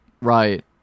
Right